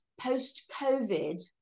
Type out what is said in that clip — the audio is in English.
post-COVID